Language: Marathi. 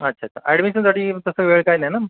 अच्छा तर ॲडमिशनसाठी तसा वेळ काही नाही ना